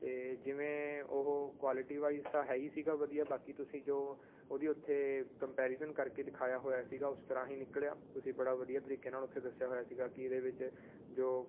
ਅਤੇ ਜਿਵੇਂ ਉਹ ਕੁਆਲਿਟੀ ਵਾਈਜ਼ ਤਾਂ ਹੈ ਹੀ ਸੀਗਾ ਵਧੀਆ ਬਾਕੀ ਤੁਸੀਂ ਜੋ ਉਹਦੀ ਉੱਥੇ ਕੰਪੈਰੀਜ਼ਨ ਕਰਕੇ ਦਿਖਾਇਆ ਹੋਇਆ ਸੀਗਾ ਉਸ ਤਰ੍ਹਾਂ ਹੀ ਨਿਕਲਿਆ ਤੁਸੀਂ ਬੜਾ ਵਧੀਆ ਤਰੀਕੇ ਨਾਲ਼ ਉੱਥੇ ਦੱਸਿਆ ਹੋਇਆ ਸੀਗਾ ਕਿ ਇਹਦੇ ਵਿੱਚ ਜੋ